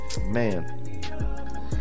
Man